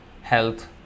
health